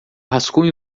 rascunho